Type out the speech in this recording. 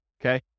okay